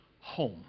home